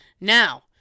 Now